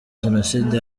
jenoside